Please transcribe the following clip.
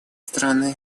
страны